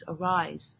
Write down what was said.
arise